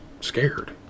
scared